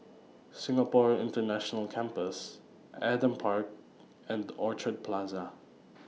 Singapore International Campus Adam Park and Orchard Plaza